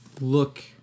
look